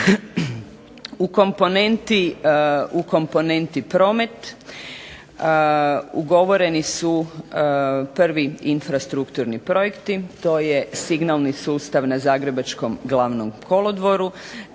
U komponenti promet, ugovoreni su prvi infrastrukturni projekti, to je signalni sustav na zagrebačkom glavnom kolodvoru,